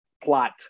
plot